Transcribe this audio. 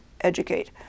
educate